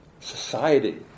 society